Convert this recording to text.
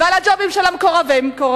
ועל הג'ובים של המקורבי-מקורבים.